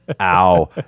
ow